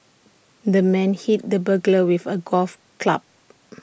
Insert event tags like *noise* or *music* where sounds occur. the man hit the burglar with A golf club *noise*